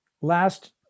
last